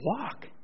walk